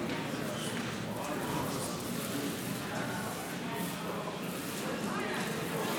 מצביע רון כץ, מצביע יוראי להב הרצנו,